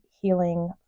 healing